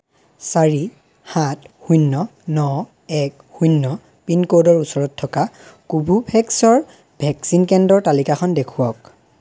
চাৰি সাত শূণ্য ন এক শূণ্য পিনক'ডৰ ওচৰত থকা কোভোভেক্সৰ ভেকচিন কেন্দ্ৰৰ তালিকাখন দেখুৱাওক